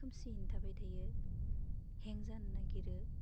खोमसियैनो थाबाय थायो हें जानो नागिरो